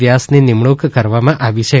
વ્યાસની નિમણૂક કરવામાં આવી છે